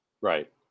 Right